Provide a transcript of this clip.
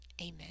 Amen